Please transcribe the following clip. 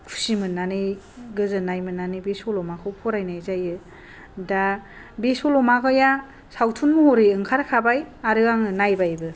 खुसि मोननानै गोजोननाय मोननानै बे सल'माखौ फरायनाय जायो दा बे सल'माया सावथुन महरै ओंखारखाबाय आरो आङो नायबायबो